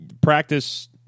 practice